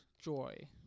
joy